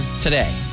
today